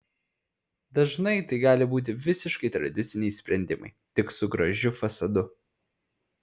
dažnai tai gali būti visiškai tradiciniai sprendimai tik su gražiu fasadu